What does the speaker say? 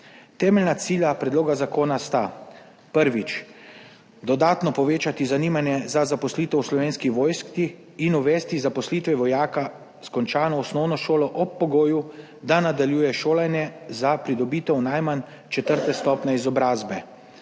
Temeljna cilja predloga zakona sta, prvič, dodatno povečati zanimanje za zaposlitev v Slovenski vojski in uvesti zaposlitve vojaka s končano osnovno šolo ob pogoju, da nadaljuje šolanje za pridobitev najmanj četrte stopnje izobrazbe,